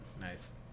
Nice